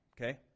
okay